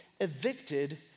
evicted